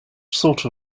sort